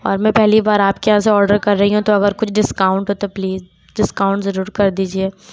اور میں پہلی بار آپ کے یہاں سے آرڈر کر رہی ہوں تو اگر كچھ ڈسكاؤنٹ ہو تو پلیز ڈسكاؤنٹ ضرور كر دیجیے